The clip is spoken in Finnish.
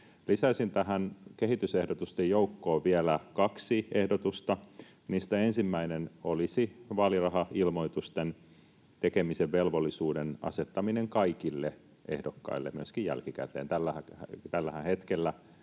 Lisäisin tähän kehitysehdotusten joukkoon vielä kaksi ehdotusta. Niistä ensimmäinen olisi vaalirahailmoitusten tekemisen velvollisuuden asettaminen kaikille ehdokkaille, myöskin jälkikäteen. Tällähän hetkellä